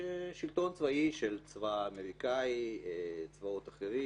שלטון צבאי של צבא אמריקאי וצבא אמריקאי,